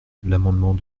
l’amendement